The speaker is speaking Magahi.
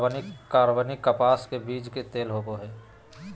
कार्बनिक कपास के बीज के तेल होबो हइ